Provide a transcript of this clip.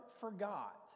forgot